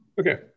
Okay